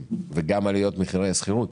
מחירי הדירות ועליות מחירי השכירות,